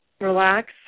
relax